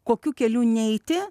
kokiu keliu neiti